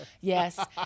Yes